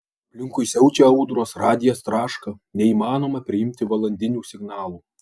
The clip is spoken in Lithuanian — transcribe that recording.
aplinkui siaučia audros radijas traška neįmanoma priimti valandinių signalų